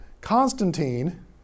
Constantine